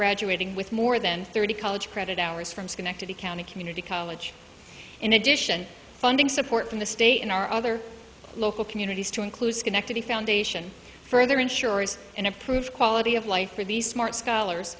graduating with more than thirty college credit hours from schenectady county community college in addition funding support from the state and our other local communities to include schenectady foundation for their insurers and improve quality of life for these smart scholars